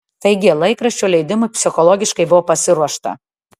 taigi laikraščio leidimui psichologiškai buvo pasiruošta